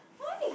why